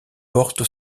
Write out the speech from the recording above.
porte